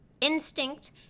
instinct